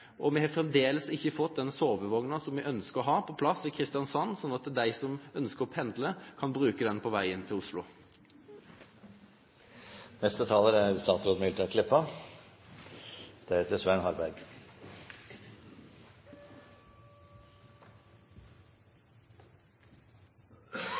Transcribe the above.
Vi har fremdeles ikke fått den sovevogna som vi ønsker å ha på plass i Kristiansand, slik at de som ønsker å pendle, kan bruke den på veien til Oslo. E18 gjennom Aust-Agder er